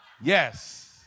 Yes